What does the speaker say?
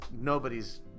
nobody's